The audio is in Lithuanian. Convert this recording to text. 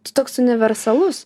tu toks universalus